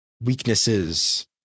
Weaknesses